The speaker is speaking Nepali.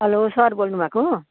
हेलो सर बोल्नु भएको